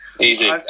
Easy